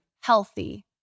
healthy